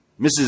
Mrs